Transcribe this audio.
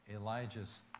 Elijah's